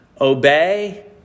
obey